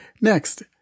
Next